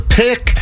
pick